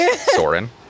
Soren